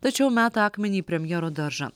tačiau meta akmenį į premjero daržą